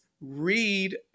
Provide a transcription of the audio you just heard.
read